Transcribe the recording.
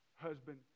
husband